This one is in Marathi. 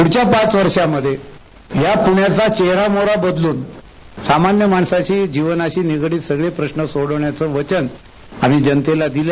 पुढच्या पाच वर्षामध्ये या पुण्याचा चेहरा मोहरा बदलून सामान्य नागरिकाच्या जीवनाशी निगडीत सर्व प्रश्न सोडवण्याच वचन आंम्ही जनतेला दिल